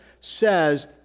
says